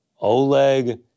Oleg